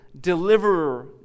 deliverer